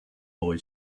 boy